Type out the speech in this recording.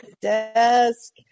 desk